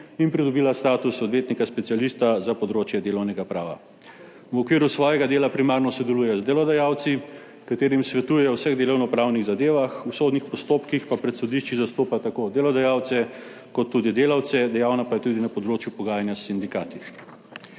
in pridobila status odvetnika specialista za področje delovnega prava. V okviru svojega dela primarno sodeluje z delodajalci, katerim svetuje v vseh delovnopravnih zadevah, v sodnih postopkih pa pred sodišči zastopa tako delodajalce kot tudi delavce, dejavna pa je tudi na področju pogajanja s sindikati.